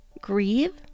grieve